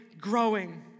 growing